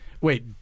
Wait